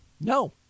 No